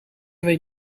weet